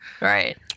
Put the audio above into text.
right